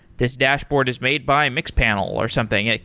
this dashboard is made by mixpanel, or something.